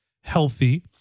healthy